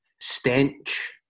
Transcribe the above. Stench